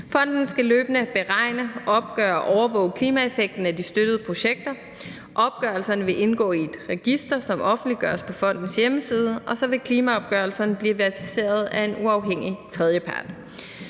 Fonden skal løbende beregne, opgøre og overvåge klimaeffekten af de støttede projekter. Opgørelserne vil indgå i et register, som offentliggøres på fondens hjemmeside, og så vil klimaopgørelserne blive verificeret af en uafhængig tredjepart.